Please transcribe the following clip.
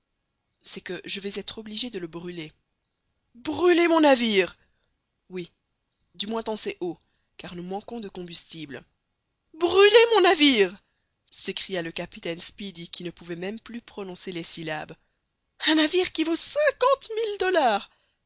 c'est que je vais être obligé de le brûler brûler mon navire oui du moins dans ses hauts car nous manquons de combustible brûler mon navire s'écria le capitaine speedy qui ne pouvait même plus prononcer les syllabes un navire qui vaut cinquante mille dollars